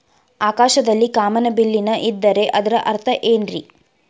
ಆಕಾಶದಲ್ಲಿ ಕಾಮನಬಿಲ್ಲಿನ ಇದ್ದರೆ ಅದರ ಅರ್ಥ ಏನ್ ರಿ?